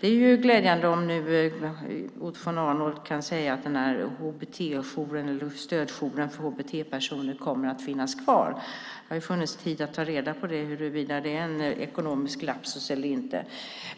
Det är ju glädjande om Otto von Arnold nu kan säga att stödjouren för HBT-personer kommer att finnas kvar. Det har ju funnits tid att ta reda på om det är en ekonomisk lapsus eller inte.